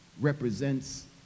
represents